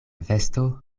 vesto